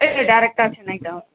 இல்லை டேரக்டாக சென்னை தான்